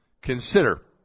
consider